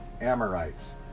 Amorites